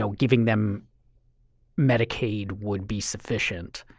so giving them medicaid would be sufficient.